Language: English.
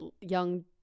young